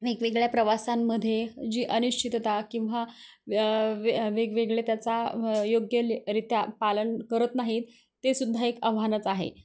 वेगवेगळ्या प्रवासांमध्ये जी अनिश्चितता किंवा व वेगवेगळे त्याचा योग्यरित्या पालन करत नाहीत ते सुद्धा एक आव्हानचं आहे